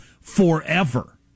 forever